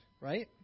right